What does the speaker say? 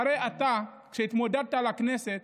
הרי אתה, כשהתמודדת לכנסת,